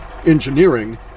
engineering